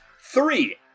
Three